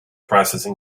processing